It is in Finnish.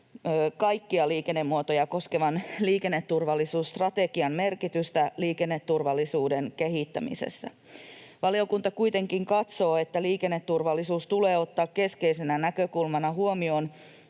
kaikkia liikennemuotoja koskevan liikenneturvallisuusstrategian merkitystä liikenneturvallisuuden kehittämisessä. Valiokunta kuitenkin katsoo, että liikenneturvallisuus tulee ottaa keskeisenä näkökulmana huomioon